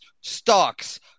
stocks